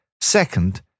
Second